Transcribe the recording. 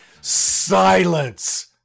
silence